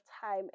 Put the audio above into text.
time